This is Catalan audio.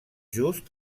just